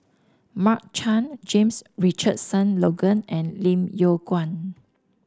Mark Chan James Richardson Logan and Lim Yew Kuan